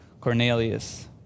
Cornelius